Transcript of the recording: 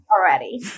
already